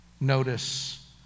notice